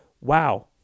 wow